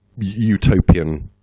utopian